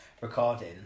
recording